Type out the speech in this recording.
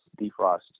defrost